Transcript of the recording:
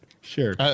Sure